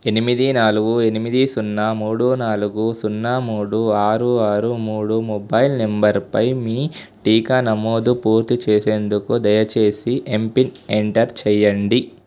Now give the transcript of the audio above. ఎనిమిది నాలుగు ఎనిమిది సున్నా మూడు నాలుగు సున్నా మూడు ఆరు ఆరు మూడు మొబైల్ నంబరుపై మీ టీకా నమోదు పూర్తి చేసేందుకు దయచేసి ఎంపిన్ ఎంటర్ చేయండి